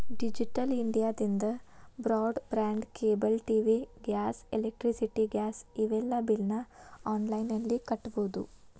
digital ಇಂಡಿಯಾದಿಂದ broadband cable TV gas electricity gas ಇವೆಲ್ಲಾ ಬಿಲ್ನ ಆನ್ಲೈನ್ ನಲ್ಲಿ ಕಟ್ಟಬೊದು